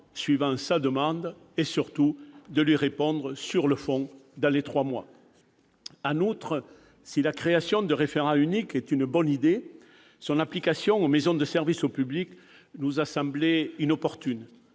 suivant sa demande et, surtout, de lui répondre, sur le fond, dans les trois mois. En outre, si la création de référents uniques est une bonne idée, l'application de la mesure aux maisons de services au public nous a semblé inopportune